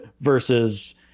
versus